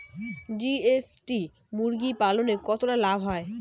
GST মুরগি পালনে কতটা লাভ হয়?